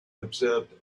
observed